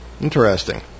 Interesting